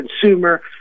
consumer